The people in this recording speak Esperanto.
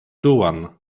duan